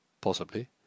Possibly